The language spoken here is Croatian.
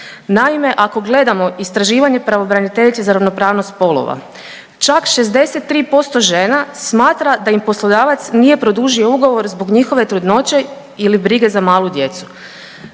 Naime, kao gledao istraživanje pravobraniteljice za ravnopravnost spolova, čak 63% žena smatra da im poslodavac nije produžio ugovor zbog njihove trudnoće ili brige za malu djecu.